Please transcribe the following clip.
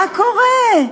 מה קורה?